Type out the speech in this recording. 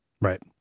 right